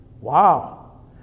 Wow